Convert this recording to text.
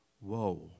Whoa